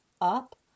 up